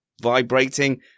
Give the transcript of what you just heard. vibrating